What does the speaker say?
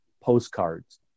postcards